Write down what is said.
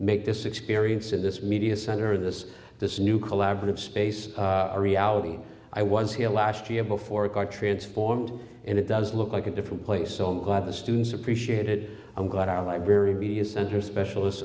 make this experience in this media center this this new collaborative space a reality i was here last year before a car transformed and it does look like a different place so i'm glad the students appreciate it i'm glad our library be a center specialist